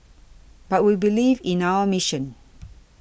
but we believe in our mission